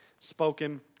spoken